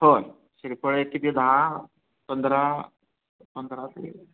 हो ना श्रीफळ एक किती दहा पंधरा पंधरा ते